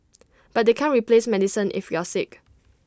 but they can't replace medicine if you're sick